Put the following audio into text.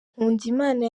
nkundimana